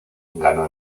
ganó